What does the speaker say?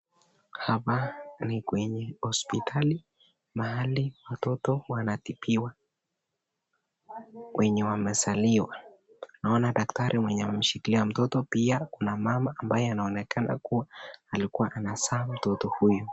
Hapa ni kwenye hospitali mahali watoto wanatibiwa wenye wamezaliwa, Naona daktari mwenye ameshikilia mtoto pia kuna mama ambaye anaonekana kuwa alikuwa anazaa mtoto huyu.